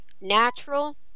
Natural